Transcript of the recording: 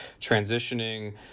transitioning